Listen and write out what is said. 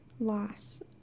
loss